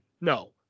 no